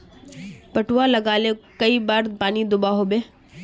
पटवा लगाले कई बार पानी दुबा होबे?